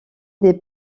des